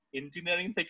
engineering